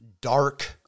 dark